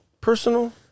personal